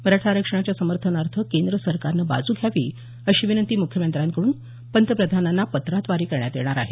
मराठा आरक्षणाच्या समर्थनार्थ केंद्र सरकारनं बाजू घ्यावी अशी विनंती मुख्यमंत्र्याकडून पंतप्रधानांना पत्राद्वारे करण्यात येणार आहे